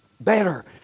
better